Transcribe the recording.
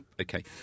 okay